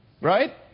Right